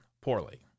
poorly